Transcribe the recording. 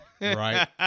right